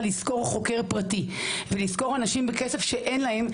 לשכור חוקר פרטי ולשכור אנשים בכסף שאין להם,